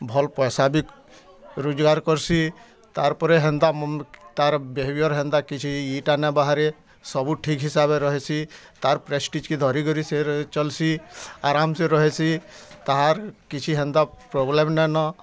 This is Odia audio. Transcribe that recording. ଭଲ୍ ପଏସା ବି ରୋଜ୍ଗାର୍ କର୍ସି ତାର୍ ପରେ ହେନ୍ତା ମନ୍ ତାର୍ ବିହେବିଅର୍ ହେନ୍ତା କିଛି ଇଟା ନାଇଁ ବାହାରେ ସବୁ ଠିକ୍ ହିସାବେ ରହେସି ତାର୍ ପ୍ରେସ୍ଟିଜ୍ କେ ଧରିକରି ସେ ଚଲ୍ସି ଆରାମ୍ସେ ରହେସି ତାହାର କିଛି ହେନ୍ତା ପ୍ରୋବ୍ଲେମ୍ ନାଇଁନ